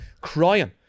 crying